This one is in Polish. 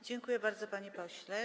Dziękuję bardzo, panie pośle.